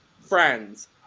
Friends